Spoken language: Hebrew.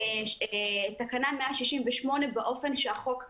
את תקנה 168 באופן שהחוק מחייב,